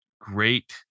great